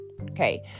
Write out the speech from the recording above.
Okay